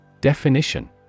Definition